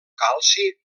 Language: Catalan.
calci